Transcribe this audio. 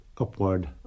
upward